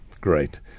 Great